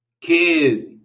Kid